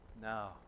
Now